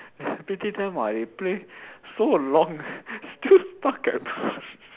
pity them [what] they play so long still stuck at